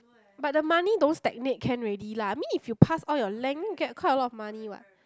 but the money don't stagnant can already lah I mean if you pass all your lang you get quite a lot of money what